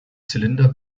zylinder